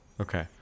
Okay